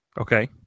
Okay